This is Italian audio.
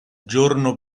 giorno